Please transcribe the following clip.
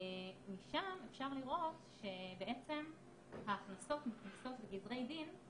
משם אפשר לראות שההכנסות נכנסות מגזרי דין.